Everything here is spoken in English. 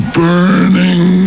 burning